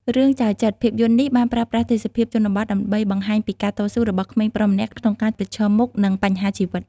រឿង ចៅ ចិត្រ ភាពយន្តនេះបានប្រើប្រាស់ទេសភាពជនបទដើម្បីបង្ហាញពីការតស៊ូរបស់ក្មេងប្រុសម្នាក់ក្នុងការប្រឈមមុខនឹងបញ្ហាជីវិត។